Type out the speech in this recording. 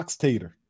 tater